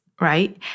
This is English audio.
right